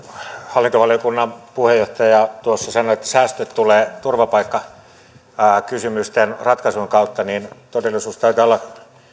hallintovaliokunnan puheenjohtaja tuossa sanoi että säästöt tulevat turvapaikkakysymysten ratkaisun kautta niin todellisuus taitaa olla